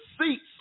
seats